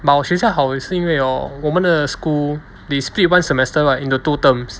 but 我学校好是因为 hor 我们的 school they split one semester right into two terms